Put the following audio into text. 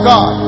God